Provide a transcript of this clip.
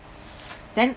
then